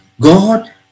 God